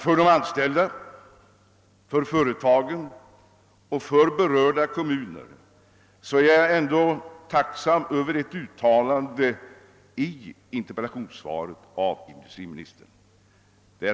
För de anställda, företagen och de berörda kommunerna är jag tacksam över ett uttalande i industriministerns interpellationssvar.